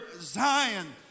zion